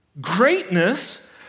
Greatness